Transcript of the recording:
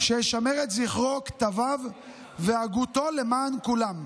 שישמר את זכרו, כתביו והגותו למען כולם.